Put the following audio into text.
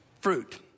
Fruit